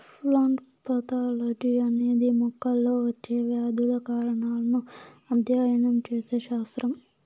plant pathology అనేది మొక్కల్లో వచ్చే వ్యాధుల కారణాలను అధ్యయనం చేసే శాస్త్రం